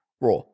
Raw